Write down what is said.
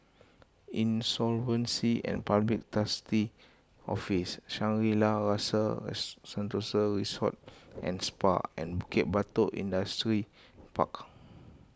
Insolvency and Public Trustee's Office Shangri La's Rasa Sentosa Resort and Spa and Bukit Batok Industrial Park